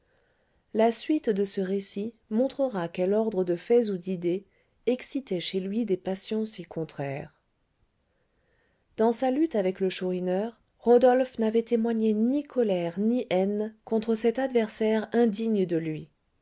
la suite de ce récit montrera quel ordre de faits ou d'idées excitait chez lui des passions si contraires dans sa lutte avec le chourineur rodolphe n'avait témoigné ni colère ni haine contre cet adversaire indigne de lui